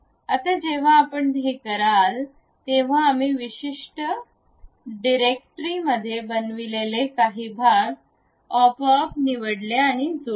आता जेव्हा आपण हे कराल तेव्हा आम्ही विशिष्ट डिरेक्टरीमध्ये बनविलेले काही भाग आपोआप निवडेल आणि जोडेल